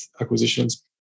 acquisitions